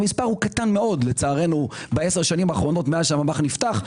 המספר הוא קטן מאוד לצערנו בעשר השנים האחרונות מאז שהממ"ח נפתח.